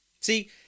see